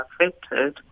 affected